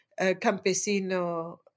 campesino